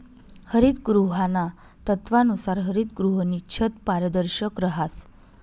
हरितगृहाना तत्वानुसार हरितगृहनी छत पारदर्शक रहास